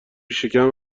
شکم